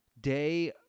day